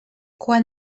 quan